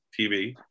TV